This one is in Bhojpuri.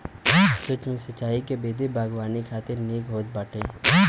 सूक्ष्म सिंचाई के विधि बागवानी खातिर निक होत बाटे